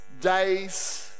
days